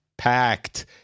packed